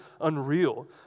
unreal